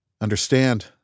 Understand